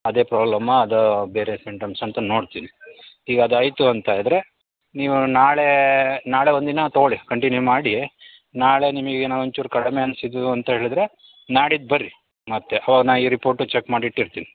ಅದೆ ಪ್ರಾಬ್ಲಮ್ಮ ಅದು ಬೇರೆ ಸಿಮ್ಟಮ್ಸ್ ಅಂತ ನೋಡ್ತೀನಿ ಈಗ ಅದು ಆಯಿತು ಅಂತ ಆದರೆ ನೀವು ನಾಳೆ ನಾಳೆ ಒಂದಿನ ತೊಗೊಳ್ಳಿ ಕಂಟಿನ್ಯೂ ಮಾಡಿ ನಾಳೆ ನಿಮಗೆ ಏನೋ ಒಂಚೂರು ಕಡಿಮೆ ಅನ್ಸಿದ್ದಿದ್ದು ಅಂತೇಳದರೆ ನಾಡಿದ್ದು ಬರ್ರಿ ಮತ್ತೆ ಅವಾಗ ನಾ ಈ ರಿಪೋರ್ಟು ಚಕ್ ಮಾಡಿ ಇಟ್ಟಿರ್ತೀನಿ